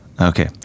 okay